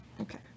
Okay